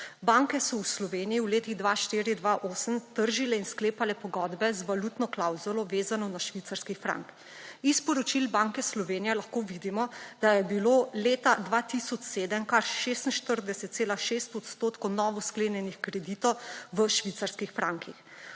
Banke so v Sloveniji v letih 2004‒2008 tržile in sklepale pogodbe z valutno klavzulo, vezano na švicarski frank. Iz poročil Banke Slovenije lahko vidimo, da je bilo leta 2007 kar 46,6 odstotka na novo sklenjenih kreditov v švicarskih frankih.